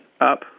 up